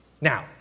Now